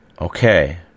Okay